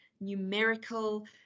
numerical